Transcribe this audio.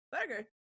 burger